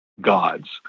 God's